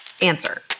Answer